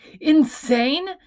insane